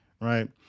right